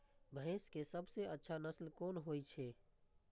भैंस के सबसे अच्छा नस्ल कोन होय छे?